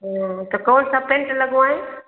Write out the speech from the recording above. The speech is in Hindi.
हाँ तो कौन सा पेंट लगवाएं